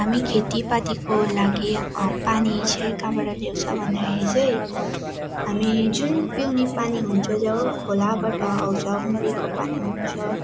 हामी खेती पातीको लागि पानी चाहिँ कहाँबाट ल्याउँछ भन्दाखेरि चाहिँ हामी जुन पिउने पानी हुन्छ जो खोलाबाट आउँछ उम्रेको पानी हुन्छ